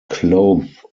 cloth